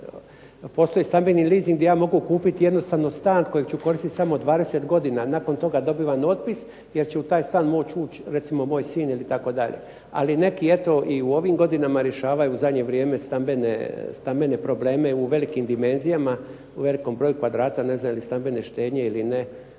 Postoji stambeni leasing gdje ja mogu kupiti jednostavno stan kojeg ću koristiti samo 20 godina, a nakon toga dobivam otpis jer će u taj stan moći ući recimo moj sin ili tako dalje. Ali neki eto i u ovim godinama rješavaju u zadnje vrijeme stambene probleme u velikim dimenzijama, u velikom broju kvadrata ne znam je li stambene štednje ili ne?